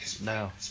No